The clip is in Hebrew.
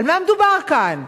על מה מדובר כאן?